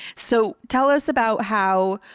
so tell us about how,